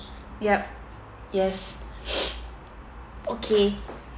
yup yes okay